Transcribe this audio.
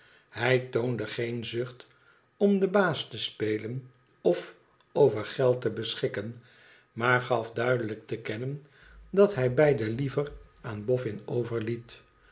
hij toonde geen zucht om den baas te spelen of over geld te beschikken maar gaf duidelijk te kennen dat hij beide liever aan bofo overliet